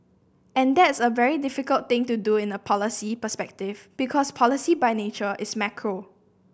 and that's a very difficult thing to do in a policy perspective because policy by nature is macro